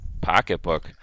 pocketbook